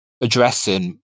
addressing